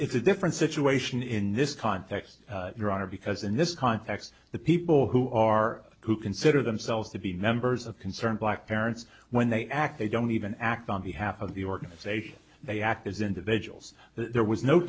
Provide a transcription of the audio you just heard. it's a different situation in this context your honor because in this context the people who are who consider themselves to be members of concerned black parents when they act they don't even act on behalf of the organization they act as individuals there was no